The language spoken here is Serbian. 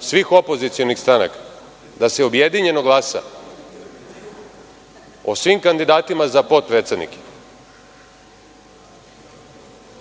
svih opozicionih stranaka da se objedinjeno glasa o svim kandidatima za potpredsednike